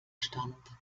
stand